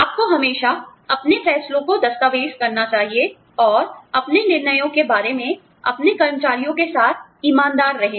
आपको हमेशा अपने फ़ैसलों को दस्तावेज़ करना चाहिए और अपने निर्णयों के बारे में अपने कर्मचारियों के साथ ईमानदार रहें